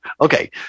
Okay